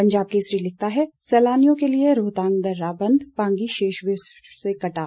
पंजाब केसरी लिखता है सैलानियों के लिए रोहतांग दर्रा बंद पांगी शेष विश्व से कटा